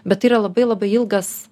bet yra labai labai ilgas